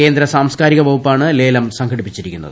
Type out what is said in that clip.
കേന്ദ്ര സാസ്കാരിക വകുപ്പാണ് ലേലം സംഘടിപ്പിച്ചിരിക്കുന്നത്